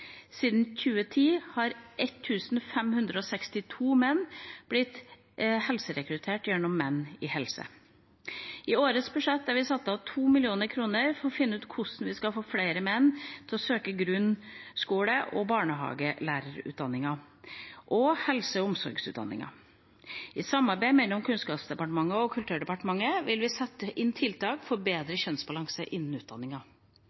Siden 2010 har 1 562 menn blitt helserekruttert gjennom Menn i helse. I årets budsjett har vi satt av 2 mill. kr for å finne ut hvordan vi skal få flere menn til å søke grunnskole- og barnehagelærerutdanninger og helse- og omsorgsutdanninger. I samarbeid mellom Kunnskapsdepartementet og Kulturdepartementet vil vi sette inn tiltak for